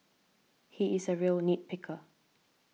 he is a real nit picker